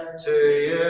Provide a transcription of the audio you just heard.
to